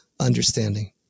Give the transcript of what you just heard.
Understanding